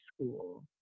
school